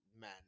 man